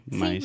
mas